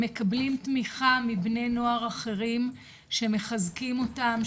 הם מקבלים תמיכה מבני נוער אחרים שמחזקים אותם,